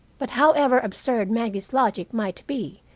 but however absurd maggie's logic might be,